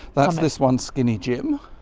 that's this one, skinny jim,